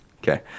Okay